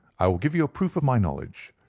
i will give you a proof of my knowledge.